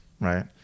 right